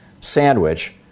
Sandwich